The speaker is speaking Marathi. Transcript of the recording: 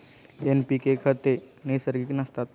एन.पी.के खते नैसर्गिक नसतात